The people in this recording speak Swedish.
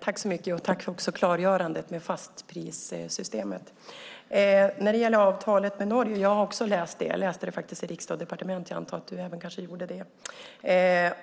Fru talman! Jag tackar för klargörandet beträffande fastprissystemet. När det gäller avtalet har även jag läst om det. Jag läste det i Riksdag & Departement, och jag antar att också Kent Persson gjorde det. Där